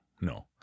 no